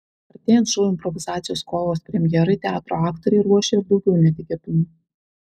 artėjant šou improvizacijos kovos premjerai teatro aktoriai ruošia ir daugiau netikėtumų